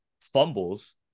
fumbles